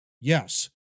Yes